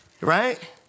right